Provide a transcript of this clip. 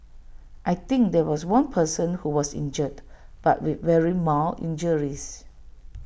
I think there was one person who was injured but with very mild injuries